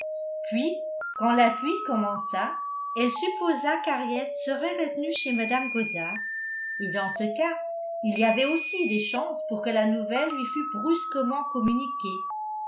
puis quand la pluie commença elle supposa qu'harriet serait retenue chez mme goddard et dans ce cas il y avait aussi des chances pour que la nouvelle lui fût brusquement communiquée